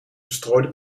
verstrooide